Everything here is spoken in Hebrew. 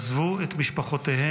עזבו את משפחותיהם,